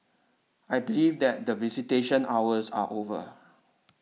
I believe that the visitation hours are over